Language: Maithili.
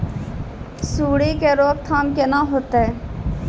सुंडी के रोकथाम केना होतै?